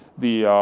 the